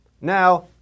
Now